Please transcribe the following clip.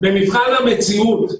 במבחן המציאות,